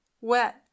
wet